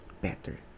better